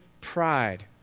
pride